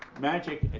magic,